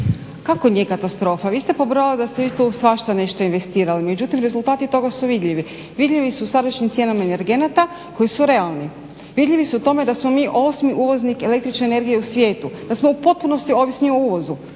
Kako nije katastrofa? Vi ste pobrojali da ste isto u svašta nešto investirali. Međutim rezultati toga su vidljivi. Vidljivi su u sadašnjim cijenama energenata koji su realni, vidljivi su u tome da smo mi 8.uvoznik električne energije u svijetu, da smo u potpunosti ovisni o uvozu.